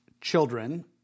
children